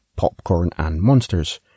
popcornandmonsters